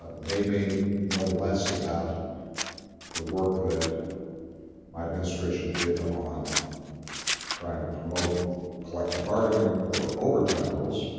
ah they may know less about the work that my administration did on trying to promote collective bargaining or overtime rules.